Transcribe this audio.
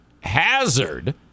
hazard